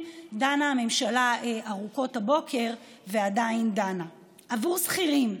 דנה הממשלה ארוכות הבוקר ועדיין דנה: בעבור שכירים,